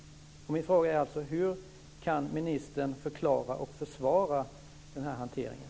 Min fråga är alltså: Hur kan ministern förklara och försvara den här hanteringen?